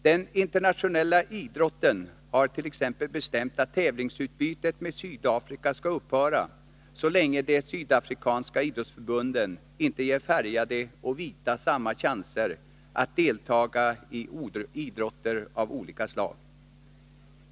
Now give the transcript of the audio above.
Den internationella idrotten har t.ex. bestämt att tävlingsutbytet med Sydafrika skall upphöra så länge de sydafrikanska idrottsförbunden inte ger färgade och vita samma chanser att delta i idrotter av olika slag.